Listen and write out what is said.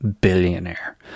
billionaire